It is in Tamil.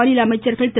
மாநில அமைச்சர்கள் திரு